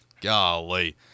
Golly